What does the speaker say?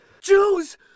Jews